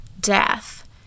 death